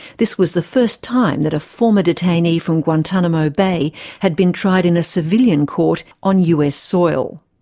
this was the first time that a former detainee from guantanamo bay had been tried in a civilian court on us soil.